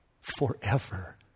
forever